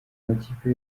amakipe